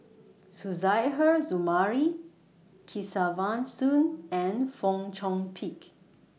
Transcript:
Suzairhe Sumari Kesavan Soon and Fong Chong Pik